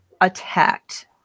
attacked